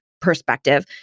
perspective